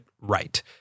right